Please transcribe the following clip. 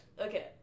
Okay